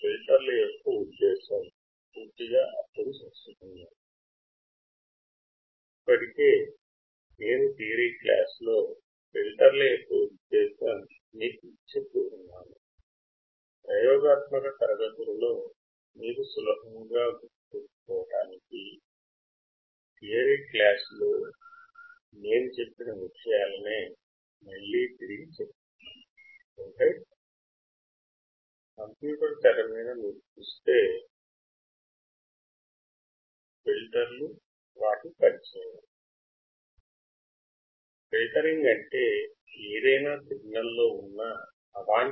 filter తరంగాలలో ఉన్న noise ని అధికముగా చేసి లేదా విస్తరించి తొలగిస్తుందని ఇదివరకే చూశాము